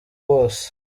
bose